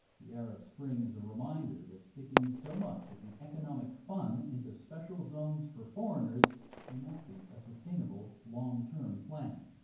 the arab spring is a reminder that sticking so much of the economic fun into special zones for foreigners may not be a sustainable, long-term plan.